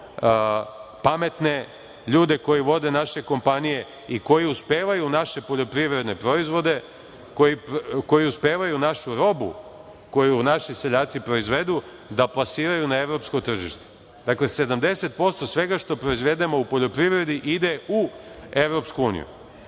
pametne ljude koji vode naše kompanije i koji uspevaju naše poljoprivredne proizvode, koji uspevaju našu robu koju naši seljaci proizvedu da plasiraju na evropsko tržište. Dakle, 70% svega što proizvedemo u poljoprivredi ide u EU.To dovoljno